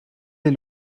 est